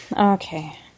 Okay